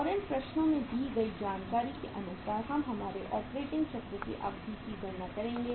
और इन प्रश्नों में दी गई जानकारी के अनुसार हम हमारी ऑपरेटिंग चक्र की अवधि की गणना करेंगे